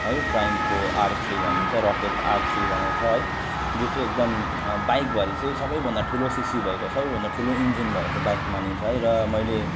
है ट्राइम्फको R three भनिन्छ रकेट आर थ्री भनिन्छ छ है यो चाहिँ एकदम बाइकभरि चाहिँ सबैभन्दा ठुलो सिसी भएको सबैभन्दा ठुलो इन्जिन भएको बाइक मानिन्छ है र मैले